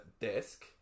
desk